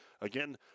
Again